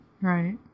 right